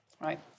right